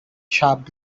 sharp